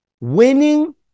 winning